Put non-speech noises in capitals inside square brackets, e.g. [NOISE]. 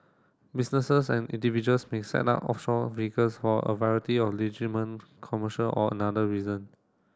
businesses and individuals may set up offshore vehicles for a variety of [UNINTELLIGIBLE] commercial or another reason